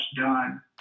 done